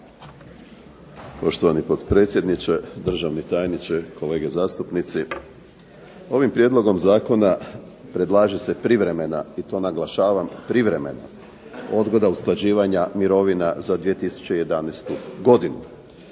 Poštovani potpredsjedniče, državni tajniče, kolege zastupnici. Ovim prijedlogom zakona predlaže se privremena i to naglašavam privremeno odgoda usklađivanja mirovina za 2011. godinu.